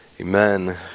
amen